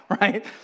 right